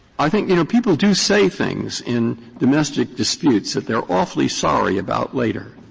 i think, you know, people do say things in domestic disputes that they are awfully sorry about later,